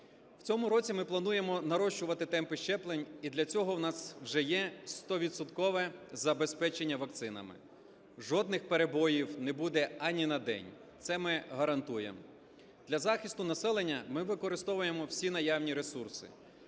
В цьому році ми плануємо нарощувати темпи щеплень, і для цього у нас вже є стовідсоткове забезпечення вакцинами. Жодних перебоїв не буде ані на день, це ми гарантуємо. Для захисту населення ми використовуємо всі наявні ресурси: